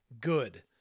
good